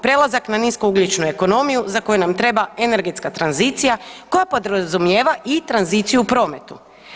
Prelazak na nisko ugljičnu ekonomiju, za koju nam treba energetska tranzicija koja podrazumijeva i tranziciju u prometu.